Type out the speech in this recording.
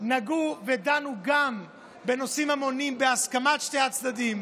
נגעו ודנו גם בנושאים ממוניים, בהסכמת שני הצדדים.